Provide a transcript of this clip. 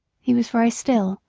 he was very still,